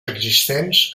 existents